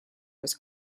was